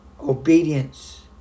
Obedience